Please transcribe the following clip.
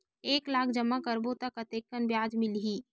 एक लाख जमा करबो त कतेकन ब्याज मिलही?